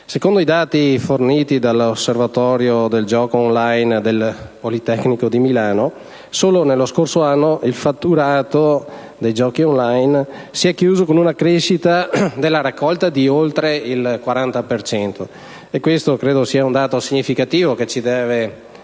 Secondo i dati forniti da L'Osservatorio del gioco *on line* del Politecnico di Milano, solo nello scorso anno il fatturato dei giochi *on line* si è chiuso con una crescita della raccolta di oltre il 40 per cento, e credo che questo sia un dato significativo che ci deve